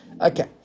Okay